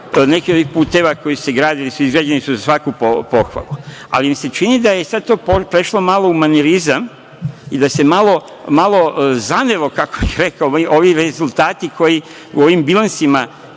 neki od ovih puteva koji se grade ili su izgrađeni su za svaku pohvalu, ali mi se čini da je sad to prešlo malo u manirizam i da se malo zanelo, kako bih rekao, ovi rezultati koji u ovim bilansima,